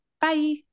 Bye